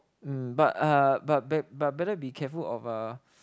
mm but uh but but but better be careful of uh